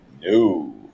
No